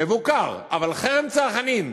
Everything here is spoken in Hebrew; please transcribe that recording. מבוקר, אבל חרם צרכנים.